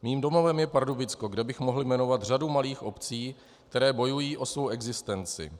Mým domovem je Pardubicko, kde bych mohl jmenovat řadu malých obcí, které bojují o svou existenci.